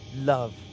love